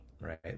right